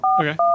Okay